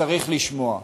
צריך לשמוע.